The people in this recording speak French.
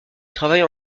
travaille